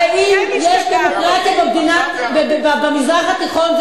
הרי אם יש דמוקרטיה במזרח התיכון,